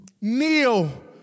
Kneel